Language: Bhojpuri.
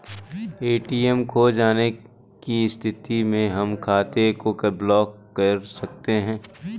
ए.टी.एम खो जाने की स्थिति में हम खाते को कैसे ब्लॉक कर सकते हैं?